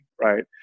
right